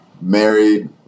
Married